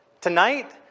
tonight